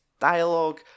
dialogue